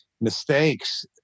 mistakes